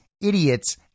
idiots